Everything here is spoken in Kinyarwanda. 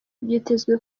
byitezwe